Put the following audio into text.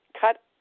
cut